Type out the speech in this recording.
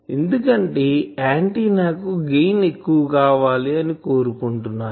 ఎందుకంటే ఆంటిన్నా కు గెయిన్ ఎక్కువ కావాలి అని కోరుకుంటున్నాను